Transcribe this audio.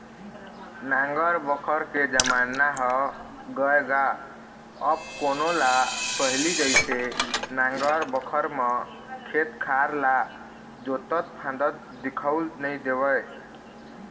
नांगर बखर के जमाना ह गय गा अब कोनो ल पहिली जइसे नांगर बखर म खेत खार ल जोतत फांदत दिखउल नइ देवय